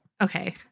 Okay